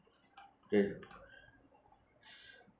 okay